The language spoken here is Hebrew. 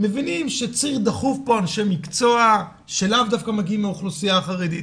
מבינים שצריך דחוף פה אנשי מקצוע שלאו דווקא מגיעים מהאוכלוסייה החרדית,